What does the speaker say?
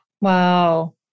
wow